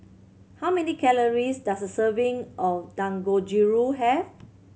how many calories does a serving of Dangojiru have